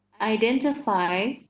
identify